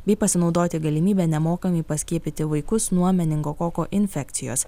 bei pasinaudoti galimybe nemokamai paskiepyti vaikus nuo meningokoko infekcijos